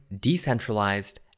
decentralized